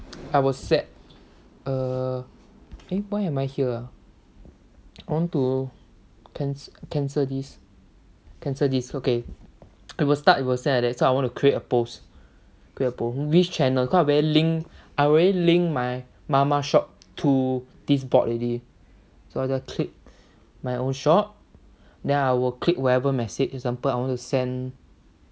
I will set err eh why am I here ah I want to cancel cancel this cancel this okay I will start with a say like that so I want to create a post which channel cause I already link I already link my mama shop to this bot already so I just click my own shop then I will click wherever message for example I want to send